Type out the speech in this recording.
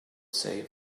save